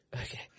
Okay